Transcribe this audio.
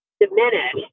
diminish